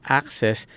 access